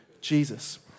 Jesus